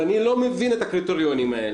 אני אינני מבין את